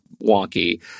wonky